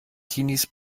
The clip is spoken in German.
teenies